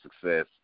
success